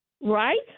right